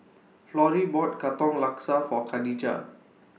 Florrie bought Katong Laksa For Khadijah